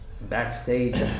backstage